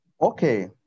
Okay